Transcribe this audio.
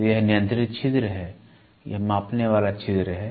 तो यह नियंत्रित छिद्र है यह मापने वाला छिद्र है